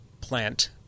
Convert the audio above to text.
plant